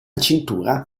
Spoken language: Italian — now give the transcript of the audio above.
cintura